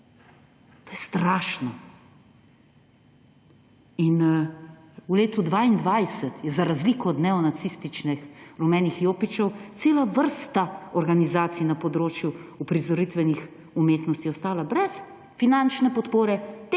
To je strašno. V letu 2022 je za razliko od neonacističnih Rumenih jopičev cela vrsta organizacij na področju uprizoritvenih umetnosti ostal brez finančne podpore